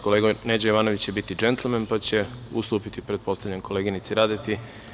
Kolega Neđo Jovanović će biti džentlmen pa će ustupiti pretpostavljam koleginici Radeti.